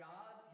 God